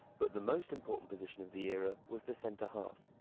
but the most important position of the era was the centre-half,